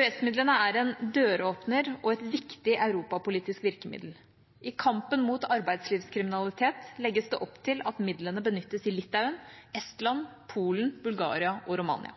EØS-midlene er en døråpner og et viktig europapolitisk virkemiddel. I kampen mot arbeidslivskriminalitet legges det opp til at midlene benyttes i Litauen, Estland, Polen, Bulgaria og Romania.